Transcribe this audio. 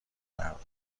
مردا